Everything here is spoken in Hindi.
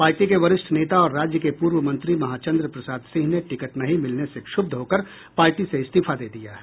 पार्टी के वरिष्ठ नेता और राज्य के पूर्व मंत्री महाचन्द्र प्रसाद सिंह ने टिकट नहीं मिलने से क्षुब्ध होकर पार्टी से इस्तीफा दे दिया है